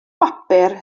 bapur